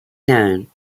known